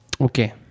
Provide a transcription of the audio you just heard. Okay